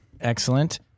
Excellent